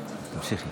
תמשיכי.